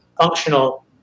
functional